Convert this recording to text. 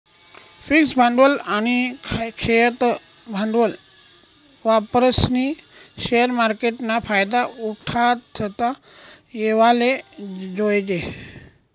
fix भांडवल आनी खेयतं भांडवल वापरीस्नी शेअर मार्केटना फायदा उठाडता येवाले जोयजे